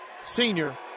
senior